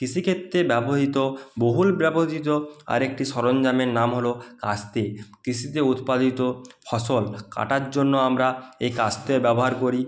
কৃষিক্ষেত্রে ব্যবহৃত বহুল ব্যবহৃত আরেকটি সরঞ্জামের নাম হলো কাস্তে কৃষিতে উৎপাদিত ফসল কাটার জন্য আমরা এই কাস্তের ব্যবহার করি